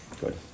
Good